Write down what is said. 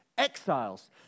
exiles